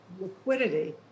Liquidity